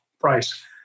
price